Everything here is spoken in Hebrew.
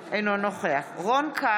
אינו נוכח יום טוב חי כלפון, אינו נוכח רון כץ,